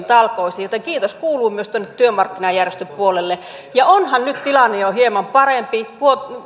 talkoisiin joten kiitos kuuluu myös työmarkkinajärjestöpuolelle ja onhan nyt tilanne jo hieman parempi